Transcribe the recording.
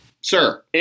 sir